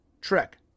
Trek